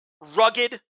rugged